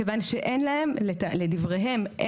מכיוון שלדבריהם,